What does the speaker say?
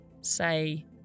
say